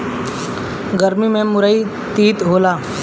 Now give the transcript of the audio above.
गरमी में मुरई तीत होला